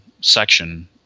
section